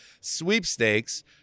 sweepstakes